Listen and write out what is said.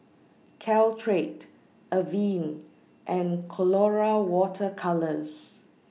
Caltrate Avene and Colora Water Colours